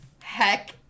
Heck